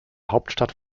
hauptstadt